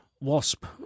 Wasp